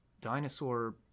dinosaur